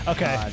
Okay